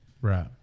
Right